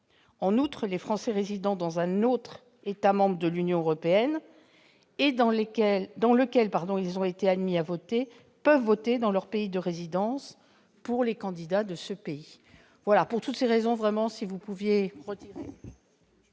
En outre, les Français résidant dans un autre État membre de l'Union européenne et dans lequel ils ont été admis à voter peuvent voter dans leur pays de résidence pour les candidats de ce pays. Pour toutes ces raisons, je vous demande de bien